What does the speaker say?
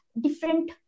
different